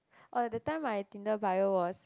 oh that time my Tinder bio was